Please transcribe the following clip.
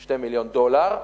2 מיליוני דולר,